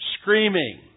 screaming